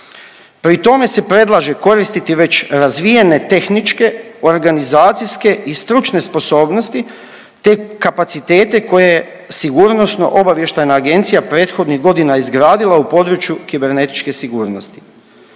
Pri tome se predlaže koristiti već razvijene tehničke, organizacijske i stručne sposobnosti te kapacitete koje je SOA prethodnih godina izgradila u području kibernetičke sigurnosti.